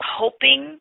hoping